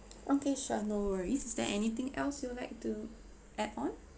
okay sure no worries is there anything else you would like to add on